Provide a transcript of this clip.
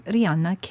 Rihanna